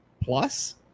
plus